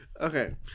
Okay